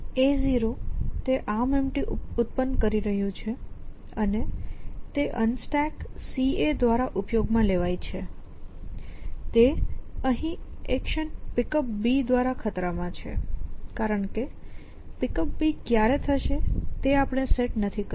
A0 તે ArmEmpty ઉત્પન્ન કરી રહ્યું છે અને તે UnstackCA દ્વારા ઉપયોગ માં લેવાય છે તે અહીં એક્શન Pickup દ્વારા ખતરા માં છે કારણ કે Pickup ક્યારે થશે તે આપણે સેટ નથી કર્યું